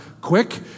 quick